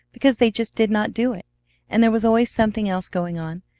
because they just did not do it and there was always something else going on,